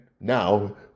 now